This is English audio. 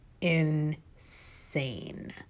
insane